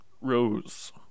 Rose